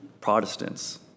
Protestants